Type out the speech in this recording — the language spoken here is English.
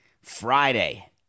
Friday